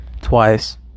Twice